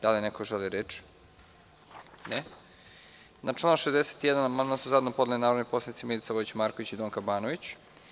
Da li neko želi reč? (Ne) Na član 61. amandman su zajedno podneli narodni poslanici Milica Vojić Marković i Donka Banović.